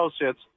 associates